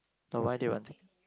but why do you want to